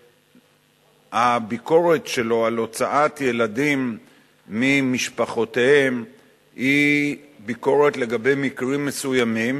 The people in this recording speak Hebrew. שהביקורת שלו על הוצאת ילדים ממשפחותיהם היא ביקורת לגבי מקרים מסוימים.